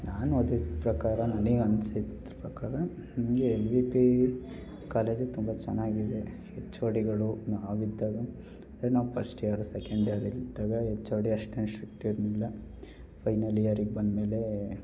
ನಾನು ಓದಿದ ಪ್ರಕಾರ ನನಗ್ ಅನ್ಸಿದ್ರ ಪ್ರಕಾರ ನನಗೆ ಎಲ್ ವಿ ಪಿ ಕಾಲೇಜು ತುಂಬ ಚೆನ್ನಾಗಿದೆ ಹೆಚ್ ಓ ಡಿಗಳು ನಾವು ಇದ್ದಾಗ ಅಂದರೆ ನಾವು ಫಸ್ಟ್ ಇಯರು ಸೆಕೆಂಡ್ ಇಯರು ಇದ್ದಾಗ ಎಚ್ ಓ ಡಿ ಅಷ್ಟೇನೂ ಸ್ಟ್ರಿಕ್ಟ್ ಇರಲಿಲ್ಲ ಫೈನಲ್ ಇಯರಿಗೆ ಬಂದ ಮೇಲೆ